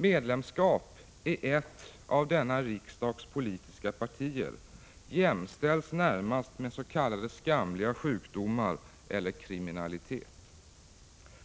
Medlemskap i ett av denna riksdags partier jämställs närmast med s.k. skamliga sjukdomar eller kriminalitet.